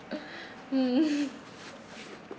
mm